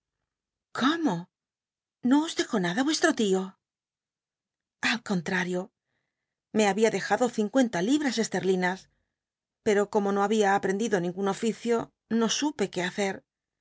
cómo no os clej nada vuestro lio al contrario me había dejado cincuenta li l'as esterlinas pero como no hnbia aprendido ningun olicio no supe qué hncci